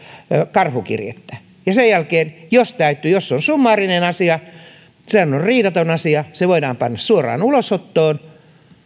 karhukirjettä ja sen jälkeen jos täytyy jos se on summaarinen asia sehän on riidaton asia se voidaan panna suoraan ulosottoon